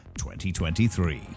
2023